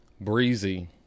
Breezy